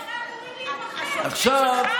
למה אתה חושב שהשופטים הם שלנו?